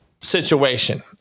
situation